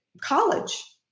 college